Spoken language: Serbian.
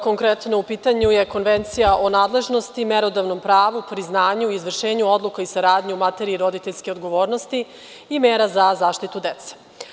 Konkretno, u pitanju je Konvencija o nadležnosti, merodavnom pravu, priznanju i izvršenju odluka i saradnje u materiji roditeljske odgovornosti i mera za zaštitu dece.